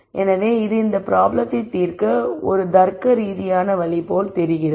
எனவே இந்த ப்ராப்ளத்தை தீர்க்க இது ஒரு தர்க்கரீதியான வழி போல் தெரிகிறது